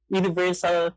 universal